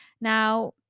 Now